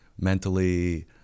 mentally